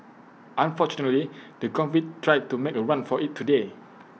unfortunately the convict tried to make A run for IT today